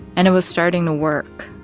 and it was starting to work